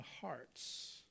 hearts